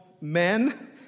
men